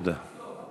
תודה.